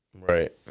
Right